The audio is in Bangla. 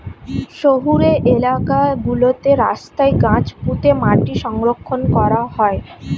শহুরে এলাকা গুলোতে রাস্তায় গাছ পুঁতে মাটি সংরক্ষণ করা হয়